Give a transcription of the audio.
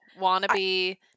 wannabe